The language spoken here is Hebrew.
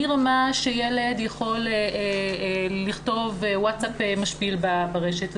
מרמה שילד יכול לכתוב ווצאפ משפיל ברשת,